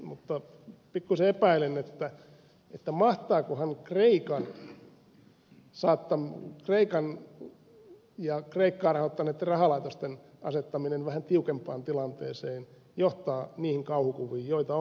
mutta pikkuisen epäilen mahtaakohan kreikan ja kreikkaa rahoittaneitten rahalaitosten asettaminen vähän tiukempaan tilanteeseen johtaa niihin kauhukuviin joita on maalailtu